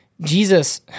Jesus